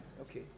Okay